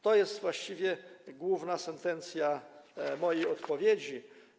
To jest właściwie główna sentencja mojej odpowiedzi.